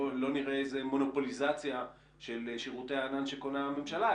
נראה איזה מונופוליזציה של שירות הענן שקונה הממשלה.